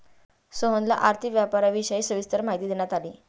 सोहनला आर्थिक व्यापाराविषयी सविस्तर माहिती देण्यात आली